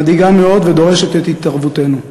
מדאיגה מאוד ודורשת את התערבותנו.